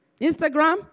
Instagram